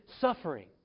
suffering